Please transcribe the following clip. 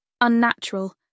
unnatural